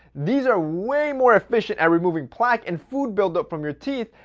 these are way more efficient at removing plaque and food buildup from your teeth.